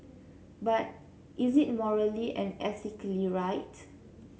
but is it morally and ethically right